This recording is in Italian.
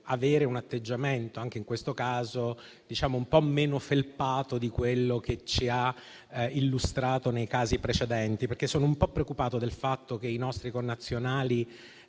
avere un atteggiamento anche in questo caso un po' meno felpato di quello che ci ha illustrato nei casi precedenti. Sono infatti un po' preoccupato del fatto che i nostri connazionali